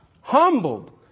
humbled